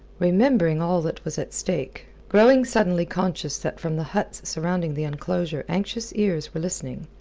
remembering all that was at stake, growing suddenly conscious that from the huts surrounding the enclosure anxious ears were listening,